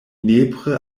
nepre